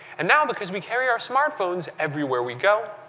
and now because we carry our smartphones everywhere we go,